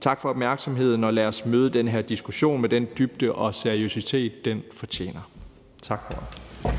Tak for opmærksomheden, og lad os møde den her diskussion med den dybde og seriøsitet, den fortjener. Tak for